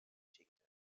secteur